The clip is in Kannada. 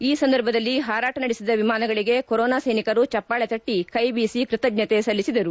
ಈ ಸಂದರ್ಭದಲ್ಲಿ ಹಾರಾಟ ನಡೆಸಿದ ವಿಮಾನಗಳಿಗೆ ಕೊರೊನಾ ಸೈನಿಕರು ಚಪ್ಪಾಳೆ ತಟ್ಟಿ ಕೈಬೀಸಿ ಕೃತಜ್ಞತೆ ಸಲ್ಲಿಸಿದರು